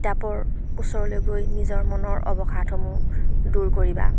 কিতাপৰ ওচৰলৈ গৈ নিজৰ মনৰ অৱসাদসমূহ দূৰ কৰিবা